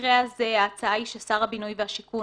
במקרה הזה ההצעה היא ששר הבינוי והשיכון